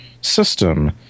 system